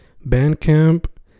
Bandcamp